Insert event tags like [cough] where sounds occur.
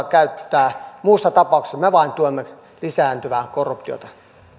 [unintelligible] käyttää muussa tapauksessa me vain tuemme lisääntyvää korruptiota